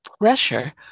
pressure